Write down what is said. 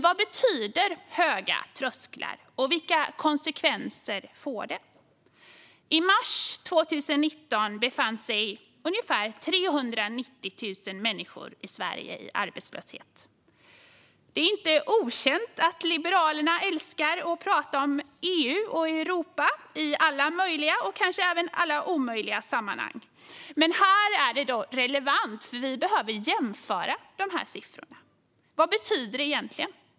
Vad betyder höga trösklar, och vilka konsekvenser får det? I mars 2019 befann sig ungefär 390 000 människor i Sverige i arbetslöshet. Det är inte okänt att Liberalerna älskar att prata om EU och Europa i alla möjliga, och kanske även alla omöjliga, sammanhang. Men här är det relevant, för vi behöver jämföra siffrorna. Vad betyder de egentligen?